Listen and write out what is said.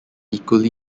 equally